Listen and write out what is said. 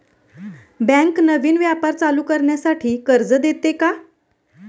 Bank नवीन व्यापार चालू करण्यासाठी कर्ज देते का?